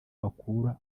bakura